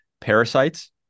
parasites